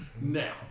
Now